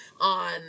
on